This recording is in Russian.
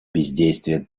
бездействие